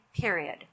period